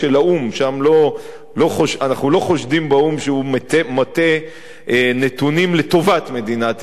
אנחנו לא חושדים באו"ם שהוא מטה נתונים לטובת מדינת ישראל.